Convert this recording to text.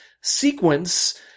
sequence